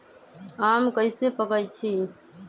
आम कईसे पकईछी?